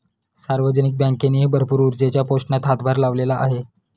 सार्वजनिक बँकेनेही भरपूर ऊर्जेच्या पोषणात हातभार लावलेला आहे